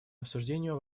обсуждению